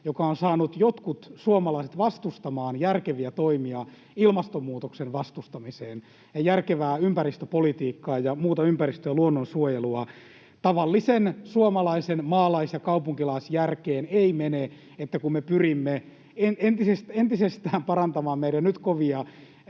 joka on saanut jotkut suomalaiset vastustamaan järkeviä toimia ilmastonmuutoksen vastustamisessa, järkevää ympäristöpolitiikkaa ja muuta ympäristön- ja luonnonsuojelua. Tavallisen suomalaisen maalais- ja kaupunkilaisjärkeen ei mene, että kun me pyrimme entisestään parantamaan meidän nyt kovia